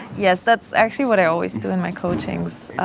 yes, that's actually what i always do in my coachings.